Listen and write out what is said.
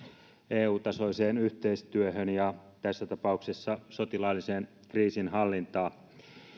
eu tasoiseen yhteistyöhön ja tässä tapauksessa sotilaalliseen kriisinhallintaan